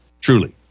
Truly